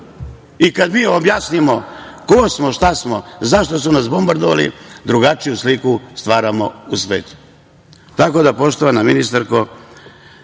Kad mi objasnimo ko smo, šta smo, zašto su nas bombardovali, drugačiju sliku stvaramo u svetu. Tako da, poštovana ministarko